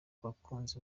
bakunzi